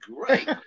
great